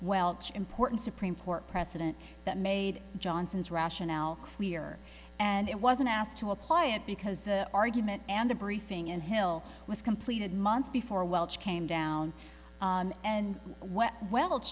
welsh important supreme court precedent that made johnson's rationale clear and it wasn't asked to apply it because the argument and the briefing in hill was completed months before welch came down and w